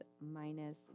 minus